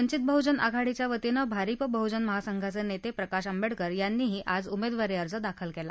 वंचित बहुजन आघाडीच्या वतीनं भारीप बहुजन महासंघाचे नेते प्रकाश आंबडेकर यांनीही आज उमेदवारी अर्ज दाखल केला